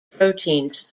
proteins